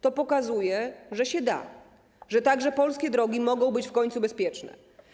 To pokazuje, że się da, że także polskie drogi mogą być w końcu bezpieczne.